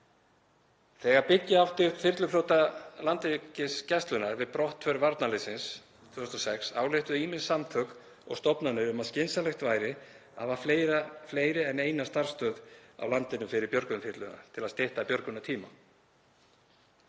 Þegar byggja átti upp þyrluflota Landhelgisgæslunnar við brottför varnarliðsins 2006 ályktuðu ýmis samtök og stofnanir um að skynsamlegt væri að hafa fleiri en eina starfsstöð á landinu fyrir björgunarþyrlurnar til að stytta björgunartíma.